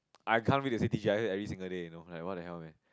I can't wait to say T_G_I_F every single day you know like what the hell man